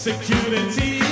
Security